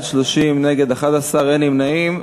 30, נגד, 11, אין נמנעים.